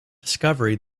discovery